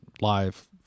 live